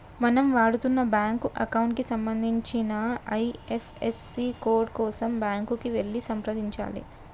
మనం వాడుతున్న bank account కి సంబంధించిన ఐ.ఎఫ్.ఎస్.సి కోడ్ కోసం బ్యాంకుకి వెళ్లి సంప్రదించాలే